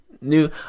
new